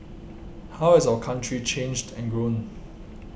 how has our country changed and grown